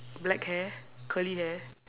black hair curly hair